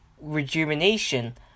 rejuvenation